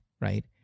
right